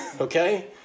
okay